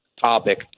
topic